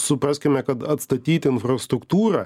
supraskime kad atstatyti infrastruktūrą